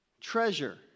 treasure